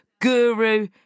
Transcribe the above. guru